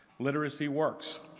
literacy works,